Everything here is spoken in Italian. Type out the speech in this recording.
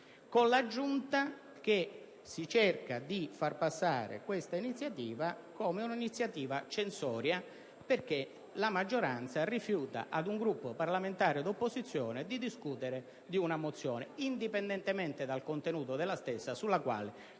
con l'aggiunta che si cerca di far passare tale iniziativa come censoria perché la maggioranza rifiuta ad un Gruppo parlamentare di opposizione di discutere una mozione, indipendentemente dal contenuto della stessa, su cui